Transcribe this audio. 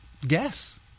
guess